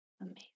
Amazing